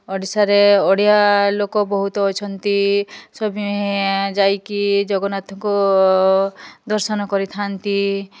ଓଡ଼ିଶାରେ ଓଡ଼ିଆ ଲୋକ ବହୁତ ଅଛନ୍ତି ସଭିଏଁ ଯାଇକି ଜଗନ୍ନାଥଙ୍କୁ ଦର୍ଶନ କରିଥାଆନ୍ତି